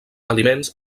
aliments